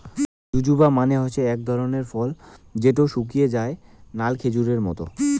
জুজুবা মানে হসে আক ধরণের ফল যেটো শুকিয়ে যায়া নাল খেজুরের মত